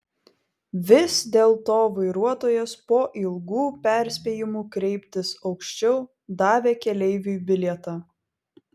vis dėlto vairuotojas po ilgų perspėjimų kreiptis aukščiau davė keleiviui bilietą